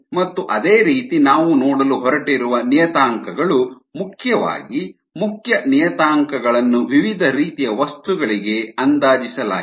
ಮತ್ತು ಅದೇ ರೀತಿ ನಾವು ನೋಡಲು ಹೊರಟಿರುವ ನಿಯತಾಂಕಗಳು ಮುಖ್ಯವಾಗಿ ಮುಖ್ಯ ನಿಯತಾಂಕಗಳನ್ನು ವಿವಿಧ ರೀತಿಯ ವಸ್ತುಗಳಿಗೆ ಅಂದಾಜಿಸಲಾಗಿದೆ